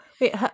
Wait